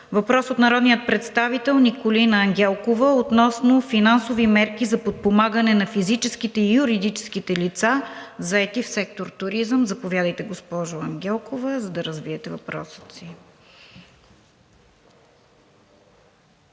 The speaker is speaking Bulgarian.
Въпрос от народния представител Николина Ангелкова относно финансови мерки за подпомагане на физическите и юридическите лица, заети в сектор „Туризъм“. Заповядайте, госпожо Ангелкова, да развиете въпроса си.